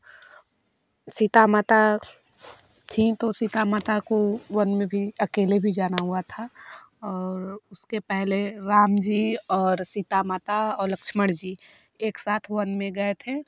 सीता माता थी तो सीता माता को वन में भी अकेले भी जाना हुआ था और उसके पहले राम जी और सीता माता और लक्ष्मण जी एक साथ वन में गए थे